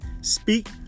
speak